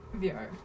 VR